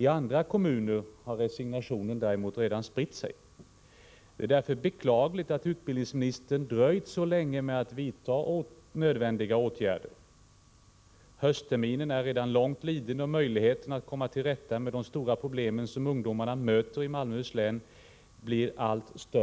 I andra kommuner har resignationen däremot redan spritt sig. Det är därför beklagligt att utbildningsministern dröjt så länge med att vidta nödvändiga åtgärder. Höstterminen är redan långt liden, och möjligheterna att komma till rätta med de stora problem som ungdomarna möter i Malmöhus län blir allt